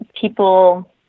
people